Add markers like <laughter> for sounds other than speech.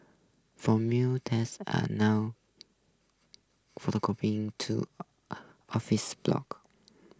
four <unintelligible> tens are now <unintelligible> two office blocks